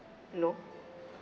no